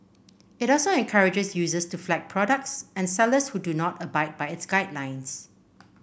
it also encourages users to flag products and sellers who do not abide by its guidelines